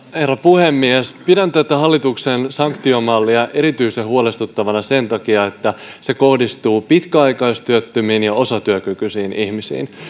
herra puhemies pidän tätä hallituksen sanktiomallia erityisen huolestuttavana sen takia että se kohdistuu pitkäaikaistyöttömiin ja osatyökykyisiin ihmisiin